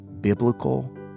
biblical